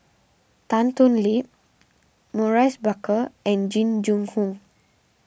Tan Thoon Lip Maurice Baker and Jing Jun Hong